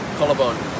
Collarbone